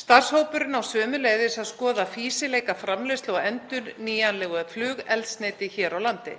Starfshópurinn á sömuleiðis að skoða fýsileika framleiðslu á endurnýjanlegu flugeldsneyti hér á landi.